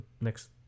next